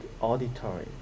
auditory